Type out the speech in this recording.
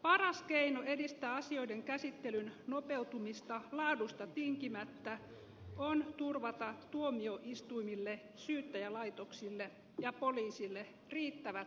paras keino edistää asioiden käsittelyn nopeutumista laadusta tinkimättä on turvata tuomioistuimille syyttäjälaitoksille ja poliisille riittävät resurssit